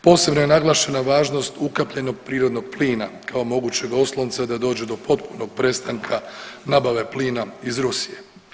Posebno je naglašena važnost ukapljenog prirodnog plina kao mogućeg oslonca da dođe do potpunog prestanka nabave plina iz Rusije.